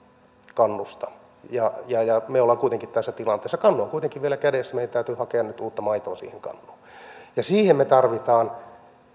kannusta ja ja me olemme kuitenkin tässä tilanteessa kannu on kuitenkin vielä kädessä meidän täytyy hakea nyt uutta maitoa siihen kannuun siihen me tarvitsemme